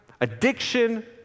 addiction